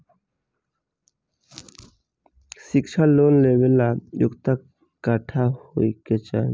शिक्षा लोन लेवेला योग्यता कट्ठा होए के चाहीं?